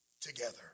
together